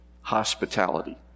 hospitality